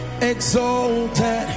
exalted